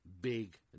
big